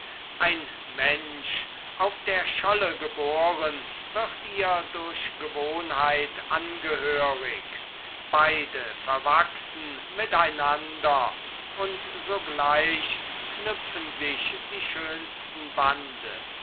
ein mensch auf der scholle geboren wird ihr durch gewohnheit angehörig beide verwachsen miteinander und sogleich knüpfen sich die schönsten bande